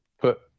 put